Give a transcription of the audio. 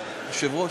היושב-ראש,